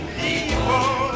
people